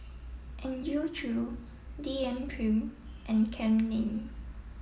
Andrew Chew D N Prim and Kam Ning